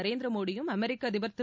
நரேந்திரமோடியும் அமெிக்க அதிபர் திரு